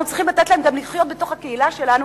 אנחנו צריכים לתת להם גם לחיות בתוך הקהילה שלנו,